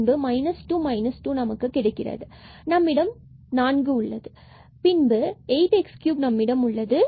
எனவே 2 2 நமக்கு கிடைக்கிறது இங்கு மற்றும் பின்பு நம்மிடம் 4 உள்ளது